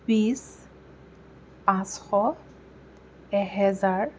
বিশ পাঁচশ এহেজাৰ